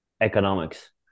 Economics